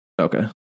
Okay